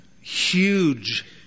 huge